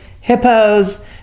hippos